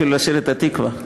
אפילו לשיר את "התקווה",